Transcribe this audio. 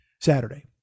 Saturday